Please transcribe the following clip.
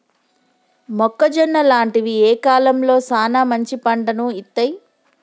మొక్కజొన్న లాంటివి ఏ కాలంలో సానా మంచి పంటను ఇత్తయ్?